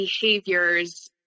behaviors